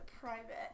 private